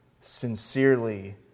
sincerely